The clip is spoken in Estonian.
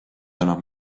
enam